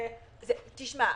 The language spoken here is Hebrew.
תשמע,